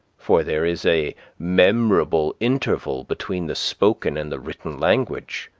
for there is a memorable interval between the spoken and the written language,